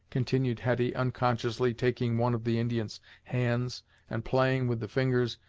continued hetty, unconsciously taking one of the indian's hands, and playing with the fingers,